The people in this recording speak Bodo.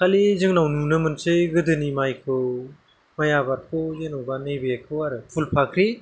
खालि जोंनाव नुनो मोनसै गोदोनि माइखौ माइ आबादखौ जेनबा नैबेखौ आरो फुलफाख्रि